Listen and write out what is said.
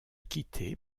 quitté